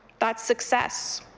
thethat's success.